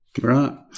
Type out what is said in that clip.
right